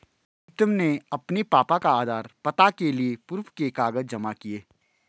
प्रीतम ने अपने पापा का आधार, पता के लिए प्रूफ के कागज जमा किए